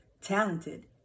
talented